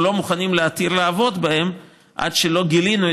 אנחנו לא מוכנים להתיר לעבוד עד שלא גילינו